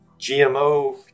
GMO